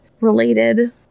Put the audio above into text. related